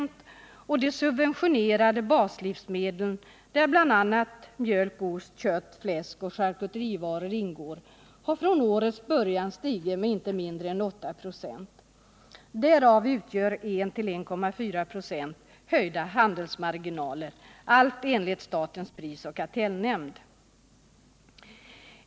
Priserna på de subventionerade baslivsmedlen, där bl.a. mjölk, ost, kött, fläsk och charkuterivaror ingår, har från årets början stigit med inte mindre än 8 96, varav 1 till 1,4 96 utgör höjda handelsmarginaler — allt enligt statens prisoch kartellnämnd.